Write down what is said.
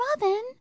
Robin